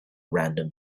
random